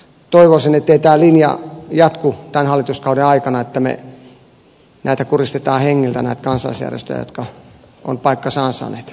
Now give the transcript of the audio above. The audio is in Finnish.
toivoisin ettei tämä linja jatku tämän hallituskauden aikana että me kuristamme hengiltä näitä kansalaisjärjestöjä jotka ovat paikkansa ansainneet